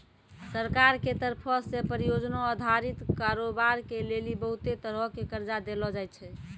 सरकार के तरफो से परियोजना अधारित कारोबार के लेली बहुते तरहो के कर्जा देलो जाय छै